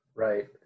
Right